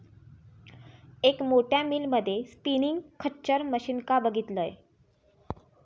एक मोठ्या मिल मध्ये स्पिनींग खच्चर मशीनका बघितलंय